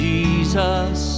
Jesus